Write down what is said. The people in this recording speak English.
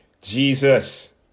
Jesus